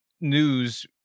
news